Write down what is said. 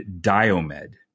Diomed